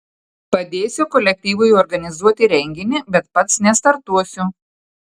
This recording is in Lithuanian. padėsiu kolektyvui organizuoti renginį bet pats nestartuosiu